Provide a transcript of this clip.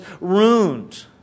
ruined